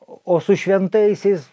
o su šventaisiais